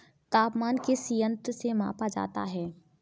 तापमान किस यंत्र से मापा जाता है?